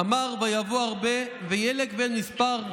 אמר ויבֹא ארבה ויֶלֶק ואין מספר.